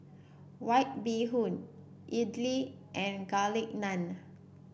White Bee Hoon idly and Garlic Naan